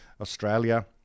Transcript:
Australia